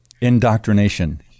indoctrination